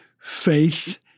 faith